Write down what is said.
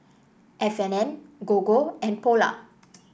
F and N Gogo and Polar